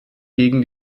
gegen